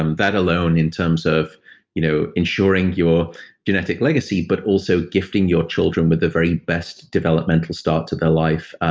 um that alone, in terms of you know ensuring your genetic legacy, but also gifting your children with the very best developmental start to their life.